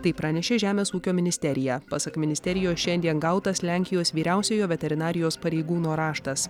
tai pranešė žemės ūkio ministerija pasak ministerijos šiandien gautas lenkijos vyriausiojo veterinarijos pareigūno raštas